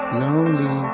lonely